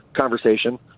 conversation